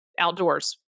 outdoors